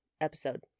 episode